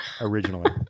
originally